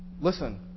listen